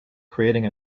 creating